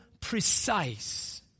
precise